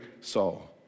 soul